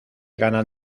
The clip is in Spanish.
ganan